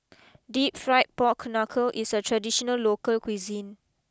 deep Fried Pork Knuckle is a traditional local cuisine